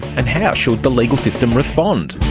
and how should the legal system respond?